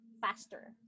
faster